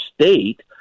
state